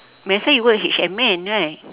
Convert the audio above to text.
might as well you work H&M right